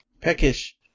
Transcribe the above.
Peckish